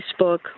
Facebook